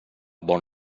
bon